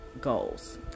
goals